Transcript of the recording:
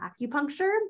acupuncture